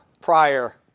prior